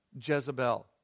Jezebel